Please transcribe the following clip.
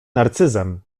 narcyzem